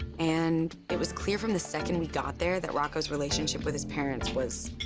and it was clear from the second we got there that rocco's relationship with his parents was